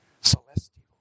celestial